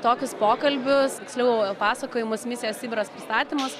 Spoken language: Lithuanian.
tokius pokalbius tiksliau pasakojimus misija sibiras pristatymus